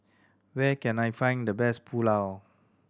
where can I find the best Pulao